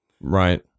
Right